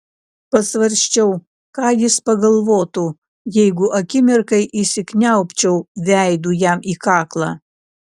pasvarsčiau ką jis pagalvotų jeigu akimirkai įsikniaubčiau veidu jam į kaklą